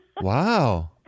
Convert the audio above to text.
Wow